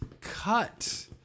cut